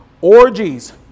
orgies